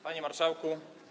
Panie Marszałku!